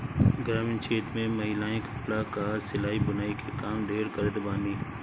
ग्रामीण क्षेत्र में महिलायें कपड़ा कअ सिलाई बुनाई के काम ढेर करत बानी